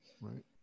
Right